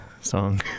song